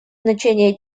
значение